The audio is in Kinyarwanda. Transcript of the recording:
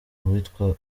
uwitwa